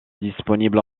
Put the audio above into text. disponibles